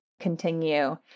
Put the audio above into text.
continue